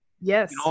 Yes